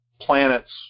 planets